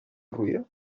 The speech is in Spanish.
ruido